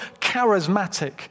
charismatic